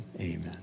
amen